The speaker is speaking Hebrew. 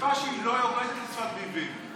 בשפה שלא יורדת לשפת ביבים.